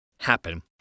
happen